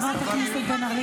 חברת הכנסת בן ארי.